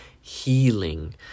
healing